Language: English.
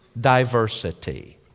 diversity